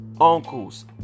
...uncles